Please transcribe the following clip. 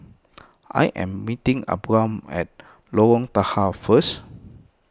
I am meeting Abram at Lorong Tahar first